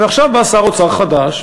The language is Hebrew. ועכשיו בא שר אוצר חדש,